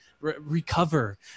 recover